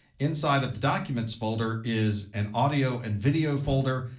inside of the documents folder is an audio and video folder,